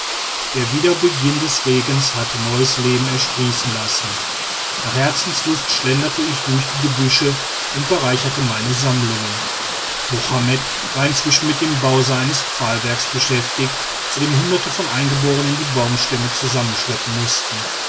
der wiederbeginn des regens hatte neues leben ersprießen lassen nach herzenslust schlenderte ich durch die gebüsche und bereicherte meine sammlungen mohammed war inzwischen mit dem bau seines pfahlwerks beschäftigt zu dem hunderte von eingeborenen die baumstämme zusammenschleppen mußten